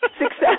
Success